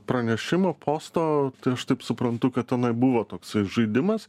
pranešimo posto tai aš taip suprantu kad tenai buvo toksai žaidimas